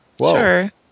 Sure